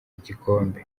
igikombe